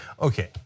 Okay